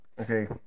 Okay